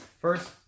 First